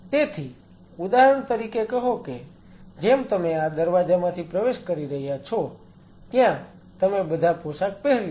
તેથી ઉદાહરણ તરીકે કહો કે જેમ તમે આ દરવાજામાંથી પ્રવેશ કરી રહ્યા છો ત્યાં તમે બધા પોશાક પહેરી લો